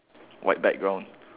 white background